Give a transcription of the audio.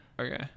okay